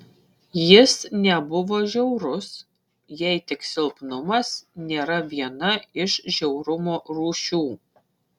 jis nebuvo žiaurus jei tik silpnumas nėra viena iš žiaurumo rūšių